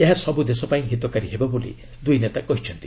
ଏହା ସବୁ ଦେଶପାଇଁ ହିତକାରୀ ହେବ ବୋଲି ଦୁଇ ନେତା କହିଛନ୍ତି